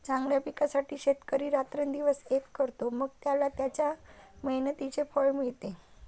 चांगल्या पिकासाठी शेतकरी रात्रंदिवस एक करतो, मग त्याला त्याच्या मेहनतीचे फळ मिळते